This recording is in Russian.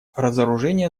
разоружение